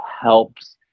helps